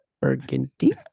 burgundy